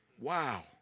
Wow